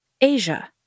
Asia